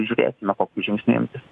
žiūrėsime kokių žingsnių imsis